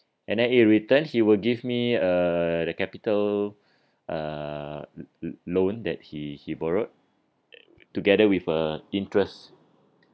and then in return he will give me uh the capital uh loan that he he borrowed together with uh interest